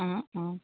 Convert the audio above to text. অঁ অঁ